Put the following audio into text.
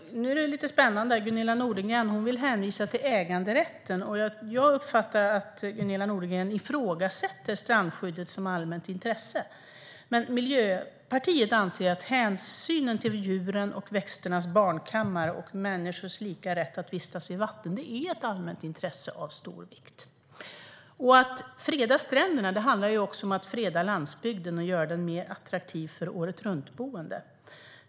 Nu är det lite spännande, för Gunilla Nordgren vill hänvisa till äganderätten. Jag uppfattar att hon ifrågasätter strandskyddet som allmänt intresse. Men Miljöpartiet anser att hänsynen till djurens och växternas barnkammare och människors lika rätt att vistas vid vatten är ett allmänt intresse av stor vikt. Att freda stränderna handlar också om att freda landsbygden och göra den mer attraktiv för åretruntboende.